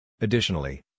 Additionally